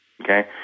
Okay